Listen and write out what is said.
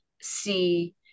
see